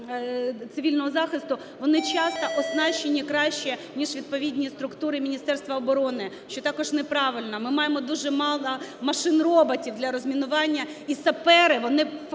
цивільного захисту, вони часто оснащені краще ніж відповідні структури Міністерства оборони, що також неправильно. Ми маємо дуже мало машин-роботів для розмінування, і сапери, вони фактично